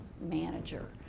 manager